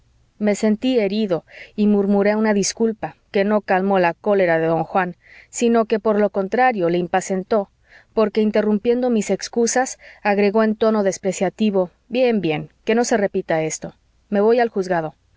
me sentí herido y murmuré una disculpa que no calmó la cólera de don juan sino que por lo contrario le impacientó porque interrumpiendo mis excusas agregó en tono despreciativo bien bien que no se repita esto me voy al juzgado